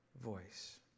voice